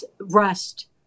rust